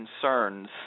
concerns